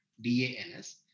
D-A-N-S